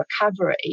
recovery